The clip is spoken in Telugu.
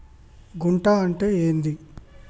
గుంట అంటే ఏంది?